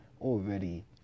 already